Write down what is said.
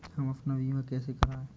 हम अपना बीमा कैसे कराए?